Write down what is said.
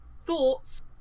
thoughts